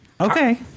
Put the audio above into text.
Okay